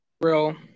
Real